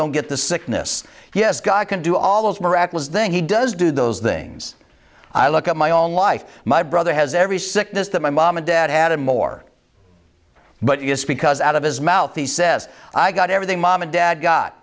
don't get the sickness yes god can do all those miraculous thing he does do those things i look at my own life my brother has every sickness that my mom and dad had a more but it's because out of his mouth he says i got everything mom and dad got